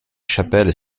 chapelle